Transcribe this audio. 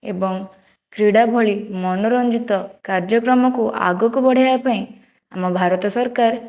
ଏବଂ କ୍ରୀଡ଼ା ଭଳି ମନୋରଞ୍ଜିତ କାର୍ଯ୍ୟକ୍ରମକୁ ଆଗକୁ ବଢ଼ାଇବା ପାଇଁ ଆମ ଭାରତ ସରକାର